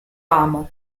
amo